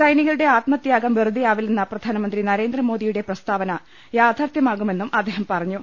സൈനികരുടെ ആത്മത്യാഗം പ്രെറുതെയാ വില്ലെന്ന പ്രധാനമന്ത്രി നരേന്ദ്രമോദിയുടെ പ്രസ്താവന യാഥാർത്ഥ്യമാകു മെന്നും അദ്ദേഹം പുറഞ്ഞു